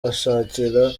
ashakira